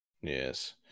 Yes